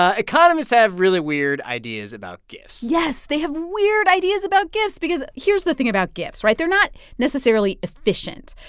ah economists have really weird ideas about gifts yes. they have weird ideas about gifts because here's the thing about gifts, right? they're not necessarily efficient.